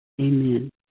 Amen